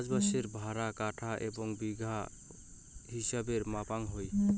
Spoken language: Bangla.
চাষবাসের ডাঙা কাঠা এবং বিঘা হিছাবে মাপাং হই